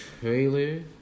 trailer